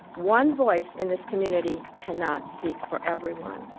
one voice in this community cannot speak for everyone.